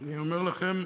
ואני אומר לכם,